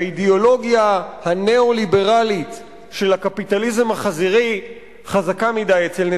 האידיאולוגיה הניאו-ליברלית של הקפיטליזם החזירי חזקה מדי אצל נתניהו.